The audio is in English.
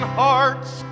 hearts